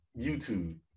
YouTube